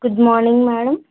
good morning madam